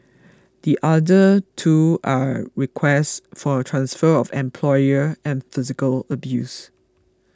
the other two are requests for transfer of employer and physical abuse